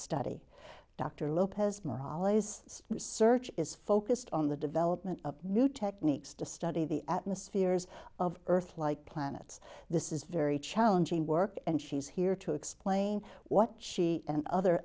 study dr lopez morrall is research is focused on the development of new techniques to study the atmospheres of earth like planets this is very challenging work and she's here to explain what she and other